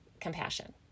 compassion